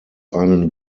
einen